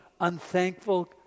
unthankful